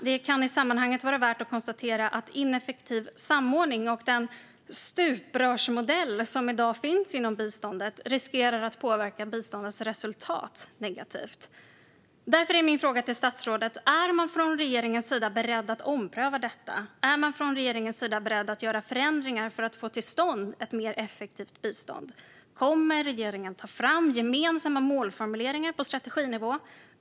Det kan i sammanhanget vara värt att konstatera att ineffektiv samordning och den stuprörsmodell som i dag finns inom biståndet riskerar att påverka biståndets resultat negativt. Därför är mina frågor till statsrådet: Är man från regeringens sida beredd att ompröva detta? Är man från regeringens sida beredd att göra förändringar för att få till stånd ett mer effektivt bistånd? Kommer regeringen att ta fram gemensamma målformuleringar på strateginivå?